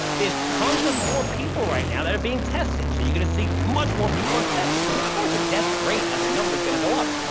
there's tons of more people right now that are being tested, so you're going to see much more people infected, so of course the death rate as a number is going to go up,